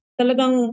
talagang